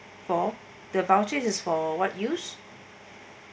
for the vouchers is for what use